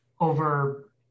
over